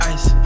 Ice